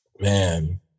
man